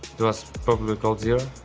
it was probably coldzera.